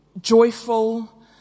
joyful